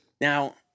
Now